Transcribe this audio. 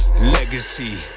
legacy